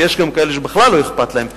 כי יש גם כאלה שבכלל לא אכפת להם.